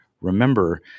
Remember